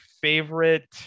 favorite